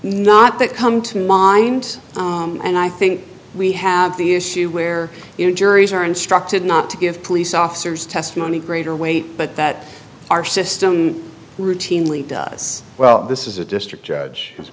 not that come to mind and i think we have the issue where you know juries are instructed not to give police officers testimony greater weight but that our system routinely does well this is a district judge